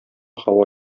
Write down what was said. һава